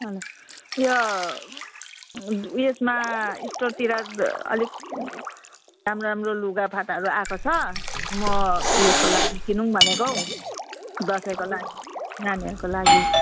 उम् उयो उयेसमा स्टलतिर अलिक राम्रो राम्रो लुगाफाटाहरू आएको छ म उयसको लागि किनौँ भनेको हौ दसैँको लागि नानीहरूको लागि